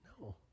No